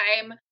time